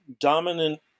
dominant